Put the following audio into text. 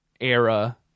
era